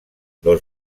los